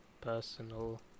personal